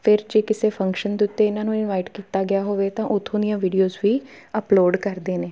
ਫਿਰ ਜੇ ਕਿਸੇ ਫੰਕਸ਼ਨ ਦੇ ਉੱਤੇ ਇਹਨਾਂ ਨੂੰ ਇਨਵਾਈਟ ਕੀਤਾ ਗਿਆ ਹੋਵੇ ਤਾਂ ਉੱਥੋਂ ਦੀਆਂ ਵੀਡੀਓਜ਼ ਵੀ ਅਪਲੋਡ ਕਰਦੇ ਨੇ